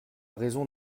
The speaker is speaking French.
raison